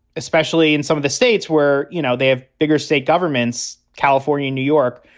especially in some of the states where, you know, they have bigger state governments, california, new york,